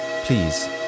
Please